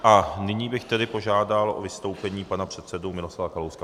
A nyní bych tedy požádal o vystoupení pana předsedu Miroslava Kalouska.